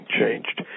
changed